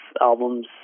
albums